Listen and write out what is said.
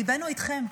ליבנו איתכם,